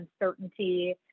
uncertainty